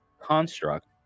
construct